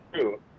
true